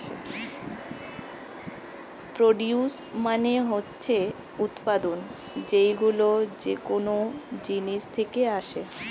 produce মানে হচ্ছে উৎপাদন, যেইগুলো যেকোন জিনিস থেকে আসে